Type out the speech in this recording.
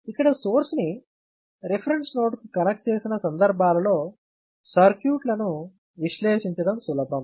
ఇక్కడ సోర్స్ని రిఫరెన్స్ నోడ్కు కనెక్ట్ చేసిన సందర్భాలలో సర్క్యూట్లను విశ్లేషించడం సులభం